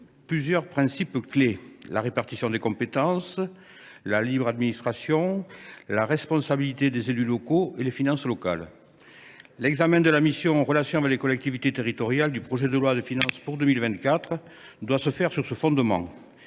plusieurs principes clés : la répartition des compétences, la libre administration des collectivités, la responsabilité des élus locaux et l’autonomie des finances locales. L’examen de la mission « Relations avec les collectivités territoriales » du projet de loi de finances pour 2024 doit être mené à partir de ces fondements